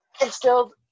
instilled